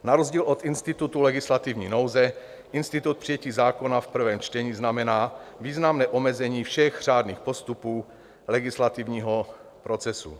Na rozdíl od institutu legislativní nouze institut přijetí zákona v prvém čtení znamená významné omezení všech řádných postupů legislativního procesu.